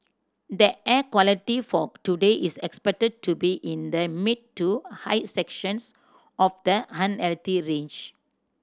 the air quality for today is expected to be in the mid to high sections of the range